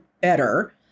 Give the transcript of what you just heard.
better